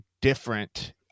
different